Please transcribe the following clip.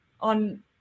on